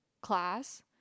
class